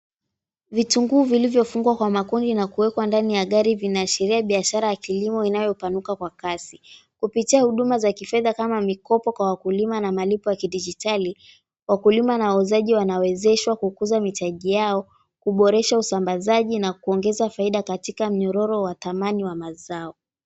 Vitunguu vilivyo fungwa kwa makundi na kuwekwa ndani ya gari vinaashiria biashara ya kilimo inayopanuka kwa kasi. Kupitia huduma za kifedha kama mikopo kwa wakulima na malipo ya kijiditali wakulima na wauzaji wanawezeshwa kukuza mitaji yao kuboresha usambazaji na kuongeza faida katika mnyororo wa dhamani wa mazao.